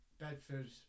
Bedford